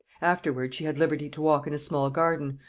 afterwards she had liberty to walk in a small garden,